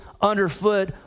underfoot